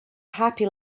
happy